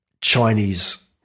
Chinese